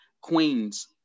queens